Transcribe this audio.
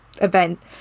event